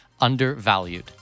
undervalued